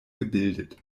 gebildet